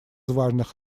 важных